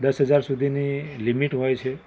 દસ હજાર સુધીની લિમિટ હોય છે